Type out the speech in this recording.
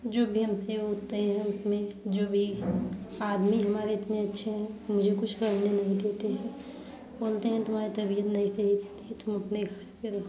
जो भी हमसे होता ही है उसमें जो भी आदमी हमारे इतने अच्छे हैं मुझे कुछ करने नहीं देते हैं बोलते हैं तुम्हारी तबियत नहीं सही रहती तुम अपने घर में रहो